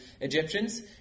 Egyptians